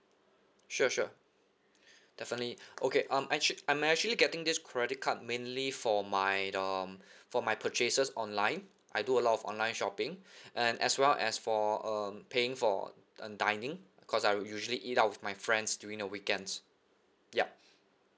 sure sure definitely okay I'm actua~ I'm actually getting this credit card mainly for my um for my purchases online I do a lot of online shopping and as well as for um paying for um dining cause I usually eat out with my friends during the weekends ya